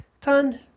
ton